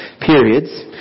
periods